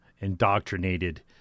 indoctrinated